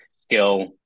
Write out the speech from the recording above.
skill